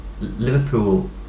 Liverpool